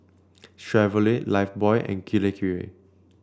Chevrolet Lifebuoy and Kirei Kirei